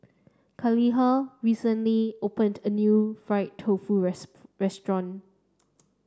Khalilah recently opened a new fried tofu restaurant